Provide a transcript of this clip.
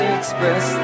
Express